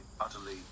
utterly